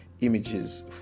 images